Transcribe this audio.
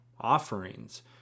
offerings